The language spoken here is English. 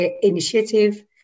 initiative